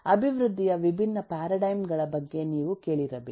ಅಭಿವೃದ್ಧಿಯ ವಿಭಿನ್ನ ಪ್ಯಾರಾಡೈಮ್ ಗಳ ಬಗ್ಗೆ ನೀವು ಕೇಳಿರಬೇಕು